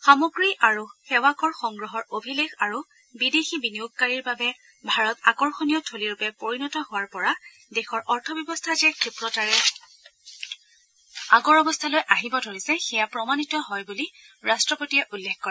সামগ্ৰী আৰু সেৱাকৰ সংগ্ৰহৰ অভিলেখ আৰু বিদেশী বিনিয়োগকাৰীৰ বাবে ভাৰত আকৰ্ষণীয় থলীৰূপে পৰিণত হোৱাৰ পৰা দেশৰ অৰ্থব্যৱস্থা যে ক্ষীপ্ৰতাৰে আগৰ অৱস্থালৈ আহিব ধৰিছে সেয়া প্ৰমাণিত হয় বুলি ৰাষ্টপতিয়ে উল্লেখ কৰে